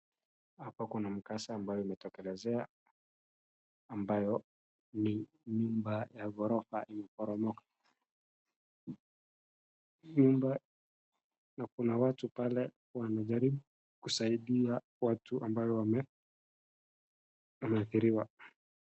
Hapa kuna mkasa ambayo imetokelezea, ambayo ni nyumba ya gorofa imeporomoka. Nyumba, na kuna watu pale wanajaribu kusaidia watu ambayo wame, wameadhiriwa.